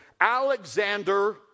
alexander